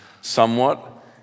somewhat